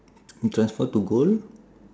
you transform to gold